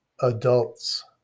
adults